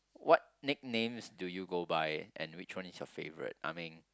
what nicknames do you go by and which one is your favourite Ah Meng